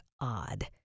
odd